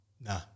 Nah